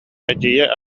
эдьиийэ